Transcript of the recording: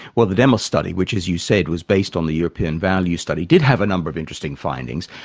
well the demos study, which as you said, was based on the european values study, did have a number of interesting findings.